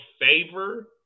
favor